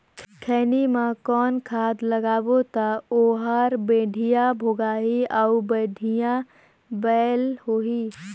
खैनी मा कौन खाद लगाबो ता ओहार बेडिया भोगही अउ बढ़िया बैल होही?